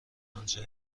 آنچه